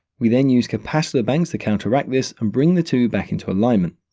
we then use capacitor banks to counteract this and bring the two back into alignment.